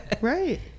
right